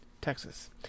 Texas